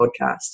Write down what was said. podcast